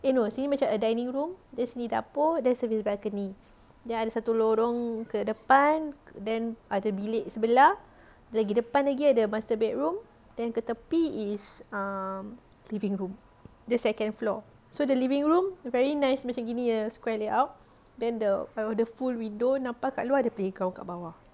eh no sini macam a dining room sini dapur then service balcony then ada satu lorong ke depan then ada bilik sebelah lagi depan lagi ada master bedroom then ke tepi is err living room dia second floor so the living room very nice macam gininya square layout then the the full window kat luar ada playground kat bawah